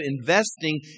investing